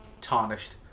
Tarnished